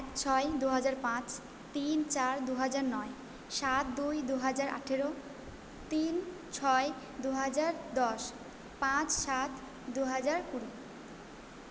এক ছয় দুহাজার পাঁচ তিন চার দুহাজার নয় সাত দুই দুহাজার আঠেরো তিন ছয় দুহাজার দশ পাঁচ সাত দুহাজার কুড়ি